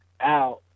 out